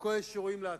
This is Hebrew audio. וכל אלה שרואים לעתיד.